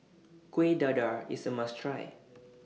Kueh Dadar IS A must Try